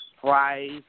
price